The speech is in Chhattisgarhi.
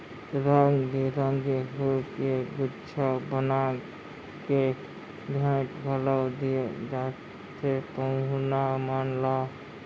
रंग बिरंगी फूल के गुच्छा बना के भेंट घलौ दिये जाथे पहुना मन ला